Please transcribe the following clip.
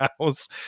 house